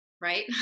right